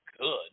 good